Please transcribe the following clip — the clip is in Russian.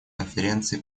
конференции